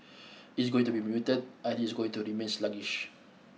it is going to be muted I think it is going to remain sluggish